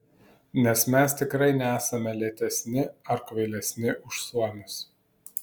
nes mes tikrai nesame lėtesni ar kvailesni už suomius